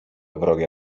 wrogie